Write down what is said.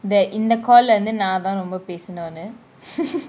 that in the call லந்து நான் தான் ரொம்ப பேசணும்னு :lanthu naan thaan romba peasanumnu